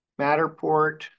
Matterport